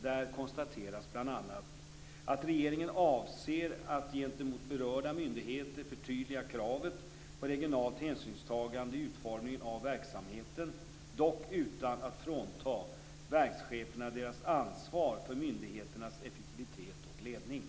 Där konstateras bl.a. att "regeringen avser att gentemot berörda myndigheter förtydliga kravet på regionalt hänsynstagande i utformningen av verksamheten, dock utan att frånta verkscheferna deras ansvar för myndigheternas effektivitet och ledning".